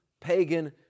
pagan